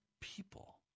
people